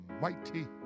mighty